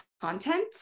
content